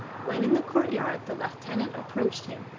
when in the courtyard the lieutenant approached him,